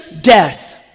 death